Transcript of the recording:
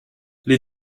les